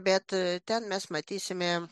bet ten mes matysime